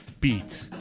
beat